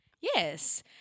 Yes